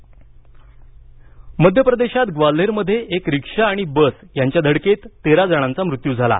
मध्य प्रदेश अपघात मध्य प्रदेशात ग्वाल्हेरमध्ये एक रिक्षा आणि बस यांच्या धडकेत तेरा जणांचा मृत्यू झाला